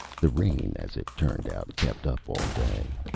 the rain, as it turned out, kept up all day,